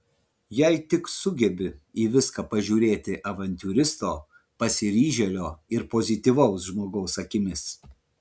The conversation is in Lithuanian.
jei tik sugebi į viską pažiūrėti avantiūristo pasiryžėlio ir pozityvaus žmogaus akimis